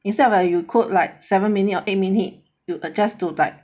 instead of like you cook like seven minute or eight minute you adjust to like